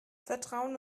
vertrauen